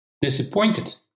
disappointed